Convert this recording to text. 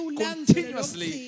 continuously